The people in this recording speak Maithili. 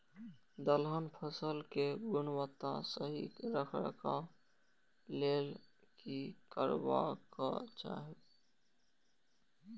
दलहन फसल केय गुणवत्ता सही रखवाक लेल की करबाक चाहि?